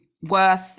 worth